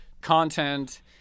content